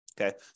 Okay